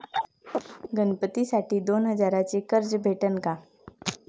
गणपतीसाठी दोन हजाराचे कर्ज भेटन का?